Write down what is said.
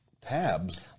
Tabs